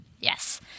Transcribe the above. Yes